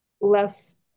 less